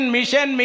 Mission